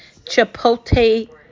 Chipotle